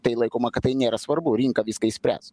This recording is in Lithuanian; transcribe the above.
tai laikoma kad tai nėra svarbu rinka viską išspręs